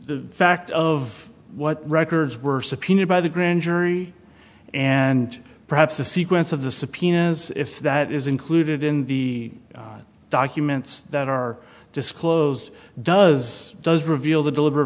fact of what records were subpoenaed by the grand jury and perhaps the sequence of the subpoenas if that is included in the documents that are disclosed does does reveal the deliber